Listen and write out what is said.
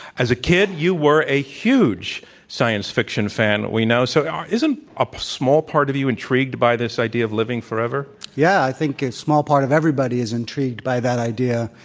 as a kid, you were a huge science fiction fan, we know. so um isn't a small part of you intrigued by this idea of living forever? yeah. i think a small part of everybody is intrigued by that idea.